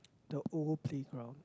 the old playground